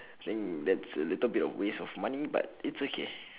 hmm that's a little bit of waste of money but it's okay